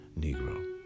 negro